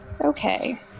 Okay